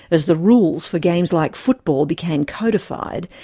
as the rules for games like football became codified,